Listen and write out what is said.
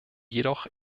jedoch